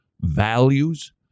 values